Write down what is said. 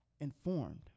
informed